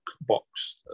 box